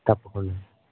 తప్పకుండా